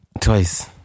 Twice